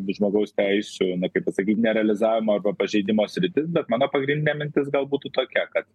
žmogaus teisių na kaip pasakyt ne realizavimo arba pažeidimo sritis bet mano pagrindinė mintis gal būtų tokia kad